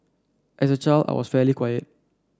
as a child I was fairly quiet